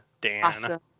Dan